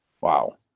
Wow